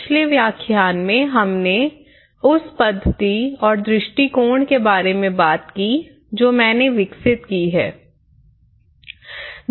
पिछले व्याख्यान में हमने उस पद्धति और दृष्टिकोण के बारे में बात की जो मैंने विकसित की है